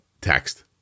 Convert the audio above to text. text